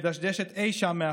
שמדשדשת אי שם מאחור,